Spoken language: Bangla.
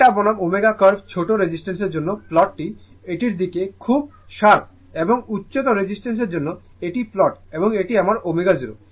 θ বনাম ω কার্ভ ছোট রেজিস্টেন্সের জন্য প্লটটি এটির দিকে খুব তীব্র এবং উচ্চ রেজিস্টেন্সের জন্য এটি প্লট এবং এটি আমার ω0